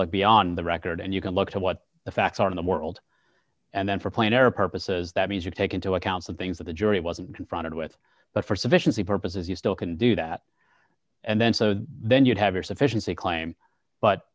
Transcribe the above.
beyond the record and you can look to what the facts are in the world and then for playing our purposes that means you take into account some things that the jury wasn't confronted with but for sufficiency purposes you still can do that and then so then you'd have your sufficiency claim but